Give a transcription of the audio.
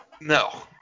no